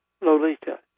Lolita